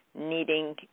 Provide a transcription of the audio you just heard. needing